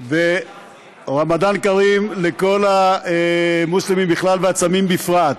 רמדאן כרים לכל המוסלמים בכלל והצמים בפרט.